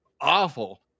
awful